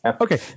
Okay